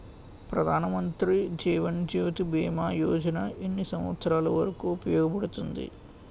ప్రధాన్ మంత్రి జీవన్ జ్యోతి భీమా యోజన ఎన్ని సంవత్సారాలు వరకు ఉపయోగపడుతుంది?